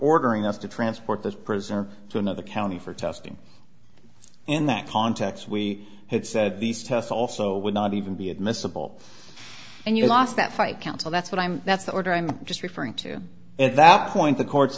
ordering us to transport this prisoner to another county for testing in that context we had said these tests also would not even be admissible and you lost that fight counsel that's what i'm that's the order i'm just referring to at that point the courts